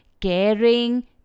caring